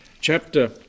chapter